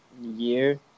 Year